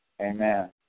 Amen